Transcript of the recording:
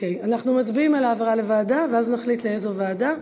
אנחנו מצביעים על העברה לוועדה ואז נחליט לאיזה ועדה.